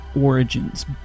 origins